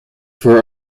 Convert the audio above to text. for